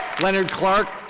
leonard clark.